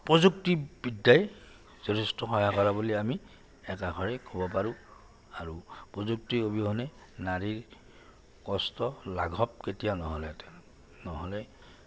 প্ৰযুক্তিবিদ্যাই যথেষ্ট সহায় কৰা বুলি আমি ক'ব পাৰোঁ আৰু প্ৰযুক্তি অবিহনে নাৰীৰ কষ্ট লাঘৱ